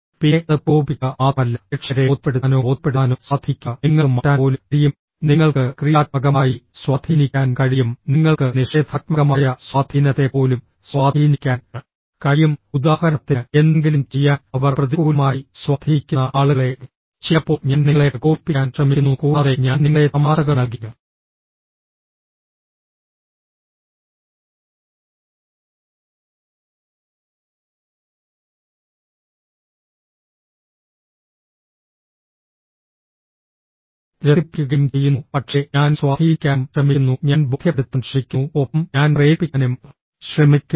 പിന്നെ അത് പ്രകോപിപ്പിക്കുക മാത്രമല്ല പ്രേക്ഷകരെ ബോധ്യപ്പെടുത്താനോ ബോധ്യപ്പെടുത്താനോ സ്വാധീനിക്കുക നിങ്ങൾക്ക് മാറ്റാൻ പോലും കഴിയും നിങ്ങൾക്ക് ക്രിയാത്മകമായി സ്വാധീനിക്കാൻ കഴിയും നിങ്ങൾക്ക് നിഷേധാത്മകമായ സ്വാധീനത്തെ പോലും സ്വാധീനിക്കാൻ കഴിയും ഉദാഹരണത്തിന് എന്തെങ്കിലും ചെയ്യാൻ അവർ പ്രതികൂലമായി സ്വാധീനിക്കുന്ന ആളുകളെ വിപണനം ചെയ്യുക അവർ കുറച്ച് സമയത്തിന് ശേഷം നിങ്ങൾ എറിയുന്ന ഒരു ഉൽപ്പന്നം വാങ്ങുന്നു പക്ഷേ നിങ്ങൾക്ക് ആളുകളെ ക്രിയാത്മകമായി സ്വാധീനിക്കാനും കഴിയും ഉദാഹരണത്തിന് ഞാൻ പഠിപ്പിക്കാൻ ശ്രമിക്കുന്നു ചിലപ്പോൾ ഞാൻ നിങ്ങളെ പ്രകോപിപ്പിക്കാൻ ശ്രമിക്കുന്നു കൂടാതെ ഞാൻ നിങ്ങളെ തമാശകൾ നൽകി രസിപ്പിക്കുകയും ചെയ്യുന്നു പക്ഷേ ഞാൻ സ്വാധീനിക്കാനും ശ്രമിക്കുന്നു ഞാൻ ബോധ്യപ്പെടുത്താൻ ശ്രമിക്കുന്നു ഒപ്പം ഞാൻ പ്രേരിപ്പിക്കാനും ശ്രമിക്കുന്നു